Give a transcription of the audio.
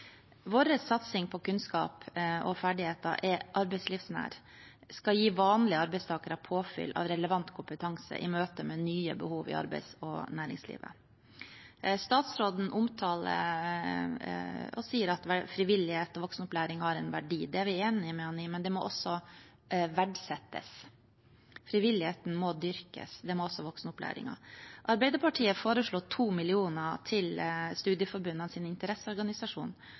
Vår satsing på kunnskap og ferdigheter er arbeidslivsnær. Det skal gi vanlige arbeidstakere påfyll av relevant kompetanse i møte med nye behov i arbeids- og næringslivet. Statsråden sier at frivillighet og voksenopplæring har en verdi. Det er vi enig med ham i, men det må også verdsettes; frivilligheten må dyrkes, og det må også voksenopplæringen. Arbeiderpartiet foreslo 2 mill. kr til studieforbundenes interesseorganisasjon,